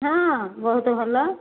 ହଁ ବହୁତ ଭଲ